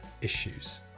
issues